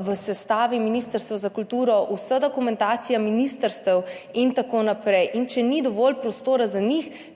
v sestavi Ministrstva za kulturo, vso dokumentacijo ministrstev in tako naprej in če ni dovolj prostora za njih,